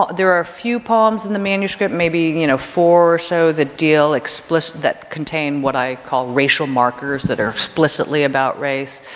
ah there are a few poems in the manuscript, maybe, you know, four or so the deal explicitly, that contain what i call racial markers, that are explicitly about race,